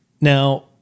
Now